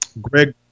Greg